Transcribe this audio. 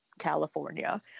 California